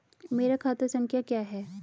मेरा खाता संख्या क्या है?